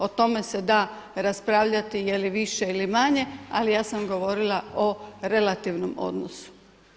O tome se da raspravljati je li više ili manje, ali ja sam govorila o relativnom odnosu.